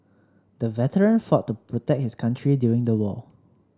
the veteran fought to protect his country during the war